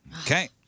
Okay